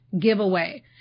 giveaway